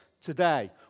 today